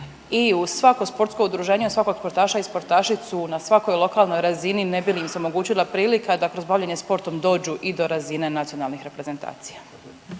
i u svako sportsko udruženje, u svakog sportaša i sportašicu na svakoj lokalnoj razini ne bi li im se omogućila prilika da kroz bavljenje sportom dođu i do razine nacionalnih reprezentacija.